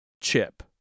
chip